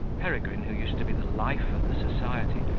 peregrine, who used to be the life of the society,